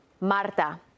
Marta